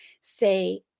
say